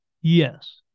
Yes